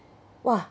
!wah!